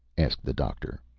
asked the doctor.